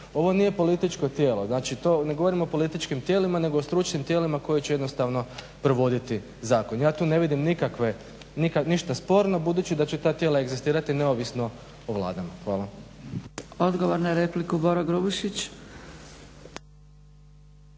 Ovo nije političko tijelo, znači to ne govorim o političkim tijelima nego o stručnim tijelima koja će jednostavno provoditi zakon. Ja tu ne vidim ništa sporno budući da će ta tijela egzistirati neovisno o vladama. Hvala. **Zgrebec, Dragica